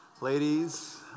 Ladies